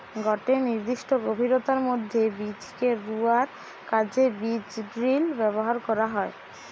গটে নির্দিষ্ট গভীরতার মধ্যে বীজকে রুয়ার কাজে বীজড্রিল ব্যবহার করা হয়